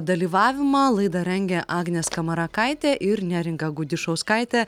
dalyvavimą laidą rengia agnė skamarakaitė ir neringa gudišauskaitė